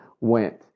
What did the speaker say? went